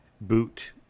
boot